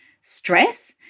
stress